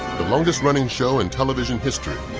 the longest-running show in television history,